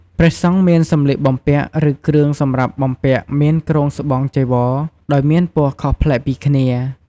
ព្រះសង្ឃមានសម្លៀកបំពាក់ឬគ្រឿងសម្រាប់បំពាក់មានគ្រងស្បង់ចីវរដោយមានពណ៌ខុសប្លែកពីគ្នា។